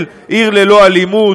של "עיר ללא אלימות",